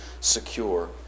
secure